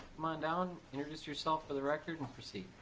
come on down introduce yourself for the record and proceed.